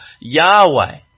Yahweh